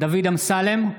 דוד אמסלם,